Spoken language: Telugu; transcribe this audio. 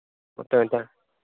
మొత్తం ఎంత